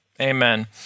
Amen